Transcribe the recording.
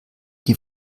die